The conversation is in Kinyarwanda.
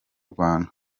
rwanda